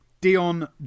Dion